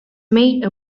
made